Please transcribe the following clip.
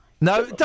No